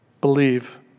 believe